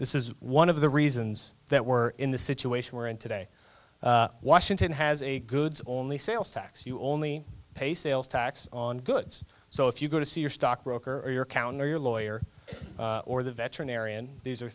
this is one of the reasons that we're in the situation we're in today washington has a goods only sales tax you only pay sales tax on goods so if you go to see your stockbroker or your counter your lawyer or the veterinarian these are